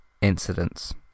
incidents